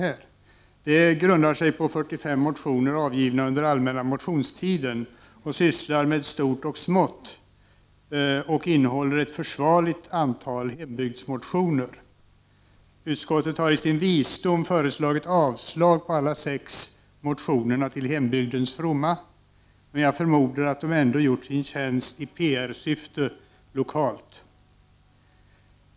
Betänkandet grundar sig på 45 motioner avgivna under allmänna motionstiden, vilka sysslar med stort och smått, och innehåller ett försvarligt antal hembygdsmotioner. Utskottet har i sin visdom föreslagit avslag på alla sex motionerna till hembygdens fromma, men jag förmodar att de ändå gjort sin tjänst i PR-syfte lokalt.